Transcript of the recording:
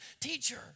teacher